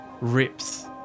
rips